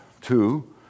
two